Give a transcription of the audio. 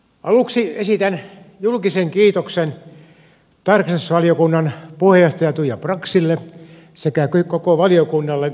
aluksi esitän julkisen kiitoksen tarkastusvaliokunnan puheenjohtaja tuija braxille sekä koko valiokunnalle